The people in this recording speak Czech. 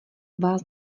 vás